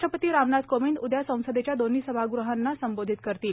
राष्ट्वपती रामनाथ कोविंद उद्या संसदेच्या दोन्ही सभागृहांना संबोधित करतील